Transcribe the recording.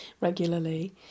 regularly